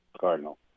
Cardinal